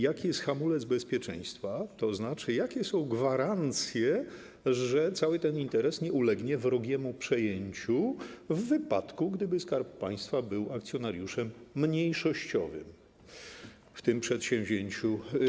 Jaki jest hamulec bezpieczeństwa, tzn. jakie są gwarancje, że cały ten interes nie ulegnie wrogiemu przejęciu, gdyby Skarb Państwa był akcjonariuszem mniejszościowym w tym przedsięwzięciu?